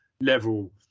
level